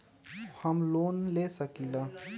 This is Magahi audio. हम लोन ले सकील?